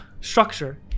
structure